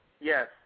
Yes